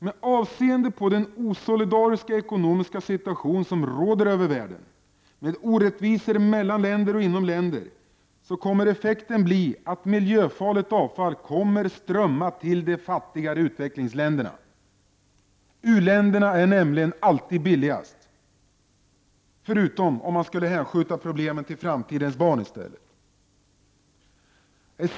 Med avseende på den osolidariska ekonomiska situation som råder över världen, med orättvisor mellan länder och inom länder, kommer effekten att bli att miljöfarligt avfall kommer att strömma till de fattigare utvecklingsländerna. U-länderna är nämligen alltid billigast, förutom om man i stället hänskjuter problemen till framtidens barn.